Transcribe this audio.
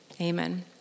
Amen